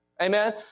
Amen